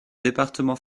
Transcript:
département